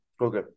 Okay